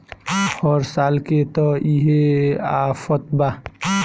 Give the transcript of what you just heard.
हर साल के त इहे आफत बा